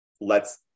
lets